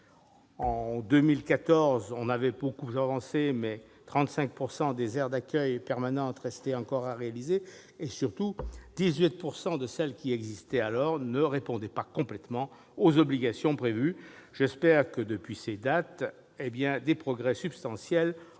si nous avions beaucoup avancé, 35 % des aires d'accueil permanentes restaient encore à réaliser. Surtout, 18 % de celles qui existaient alors ne répondaient pas complètement aux obligations prévues. J'espère que, depuis cette date, des progrès substantiels ont été faits.